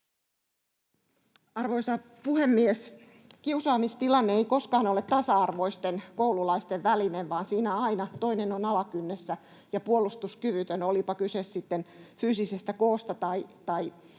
Arvoisa puhemies! Kiusaamistilanne ei koskaan ole tasa-arvoisten koululaisten välinen, vaan siinä aina toinen on alakynnessä ja puolustuskyvytön, olipa kyse sitten fyysisestä koosta tai